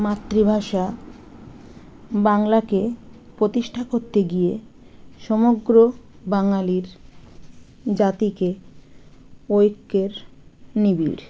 মাতৃভাষা বাংলাকে প্রতিষ্টা করতে গিয়ে সমগ্র বাঙালির জাতিকে ঐক্যের নিবিড়